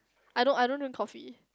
I don't I don't drink coffee